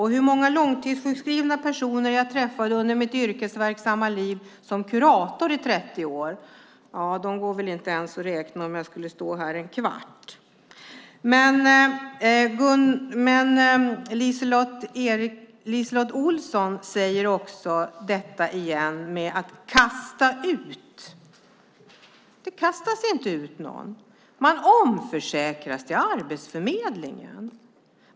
Hur många långtidssjukskrivna personer jag träffade under mina 30 år som kurator går inte att räkna upp om jag så skulle stå här en kvart. LiseLotte Olsson talar också om att kasta ut. Det kastas inte ut någon. Man omförsäkras till Arbetsförmedlingen.